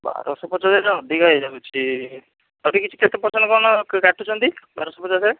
ବାରଶହ ପଚାଶ ଏଇଟା ଅଧିକା ହୋଇଯାଉଛି କେତେ ପର୍ସେଣ୍ଟ୍ କ'ଣ କାଟୁଛନ୍ତି ବାରଶହ ପଚାଶରେ